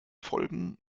folgen